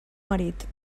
marit